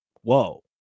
Whoa